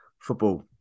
football